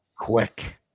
Quick